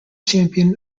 champion